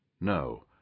No